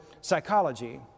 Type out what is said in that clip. psychology